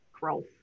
growth